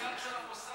זה עניין של המוסד,